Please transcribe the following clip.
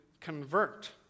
convert